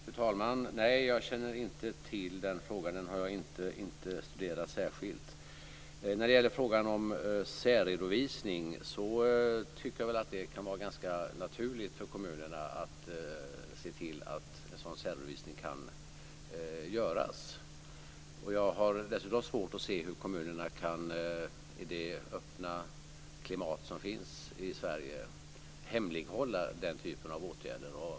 Fru talman! Nej, jag känner inte till den frågan. Den har jag inte studerat särskilt. När det gäller frågan om särredovisning tycker jag att det är ganska naturligt för kommunerna att se till att en sådan särredovisning kan göras. Jag har dessutom svårt att se hur kommunerna i det öppna klimat som finns i Sverige kan hemlighålla den här typen av åtgärder.